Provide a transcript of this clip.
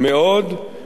של מסתננים.